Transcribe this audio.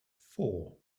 four